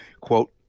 quote